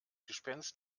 gespenst